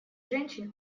женщин